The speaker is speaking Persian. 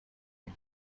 این